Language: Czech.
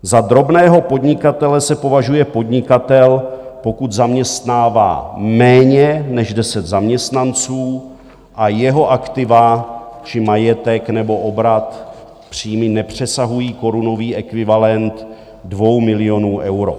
Za drobného podnikatele se považuje podnikatel, pokud zaměstnává méně než 10 zaměstnanců a jeho aktiva či majetek nebo obrat, příjmy, nepřesahují korunový ekvivalent 2 milionů euro.